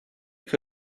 que